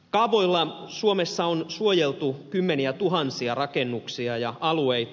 kaavoilla suomessa on suojeltu kymmeniätuhansia rakennuksia ja alueita